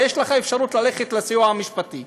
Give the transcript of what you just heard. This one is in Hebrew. ויש לך אפשרות ללכת לסיוע המשפטי.